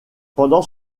pendant